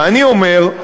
ואני אומר,